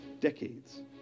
decades